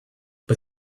but